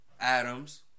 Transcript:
Adams